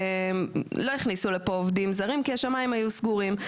לא הכניסו לכאן עובדים זרים כי השמיים היו סגורים.